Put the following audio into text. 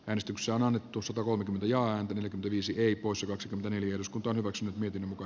äänestyksiä on annettu satakolmekymmentä ja viisi heikoissa kaksikymmentäneljä uskontoa hyväkseen miten muka